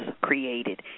created